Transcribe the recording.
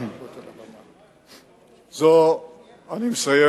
אני מסיים.